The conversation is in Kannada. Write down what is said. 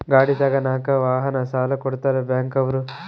ಗಾಡಿ ತಗನಾಕ ವಾಹನ ಸಾಲ ಕೊಡ್ತಾರ ಬ್ಯಾಂಕ್ ಅವ್ರು